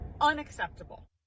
Unacceptable